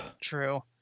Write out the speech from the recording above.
true